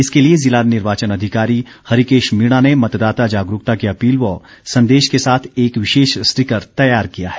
इसके लिए ज़िला निर्वाचन अधिकारी हरिकेश मीणा ने मतदाता जागरूकता की अपील व संदेश के साथ एक विशेष स्टिकर तैयार किया है